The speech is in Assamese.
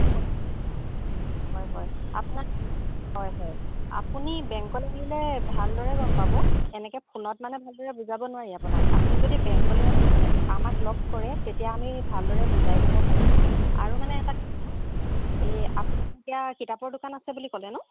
হয় হয় আপোনাৰ হয় হয় আপুনি বেংকলৈ আহিলে ভালদৰে গম পাব এনেকৈ ফোনত মানে ভালদৰে বুজাব নোৱাৰি আপোনাক আপুনি যদি বেংকলৈ আহিলে আমাক লগ কৰে তেতিয়া আমি ভালদৰে বুজাই দিব পাৰিম আৰু মানে এটা কথা এই আপোনাৰ এতিয়া কিতাপৰ দোকান আছে বুলি ক'লে ন